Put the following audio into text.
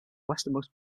westernmost